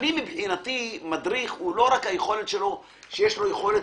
מבחינתי מדריך זה לא רק שיש לו יכולת